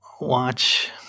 watch –